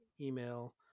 email